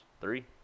Three